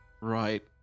Right